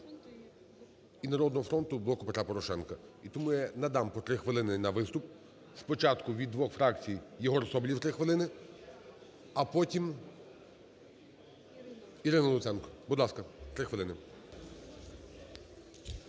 "Народного фронту" і "Блоку Петра Порошенка". І тому я надам по три хвилини на виступ. Спочатку від двох фракції Єгор Соболєв – 3 хвилини, а потім – Ірина Луценко. Будь ласка, 3 хвилини.